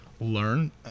learn